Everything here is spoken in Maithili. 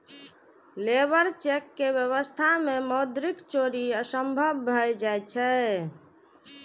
लेबर चेक के व्यवस्था मे मौद्रिक चोरी असंभव भए जाइ छै